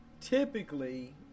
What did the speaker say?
typically